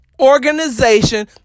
organization